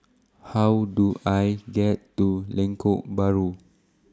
How Do I get to Lengkok Bahru